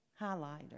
Highlighter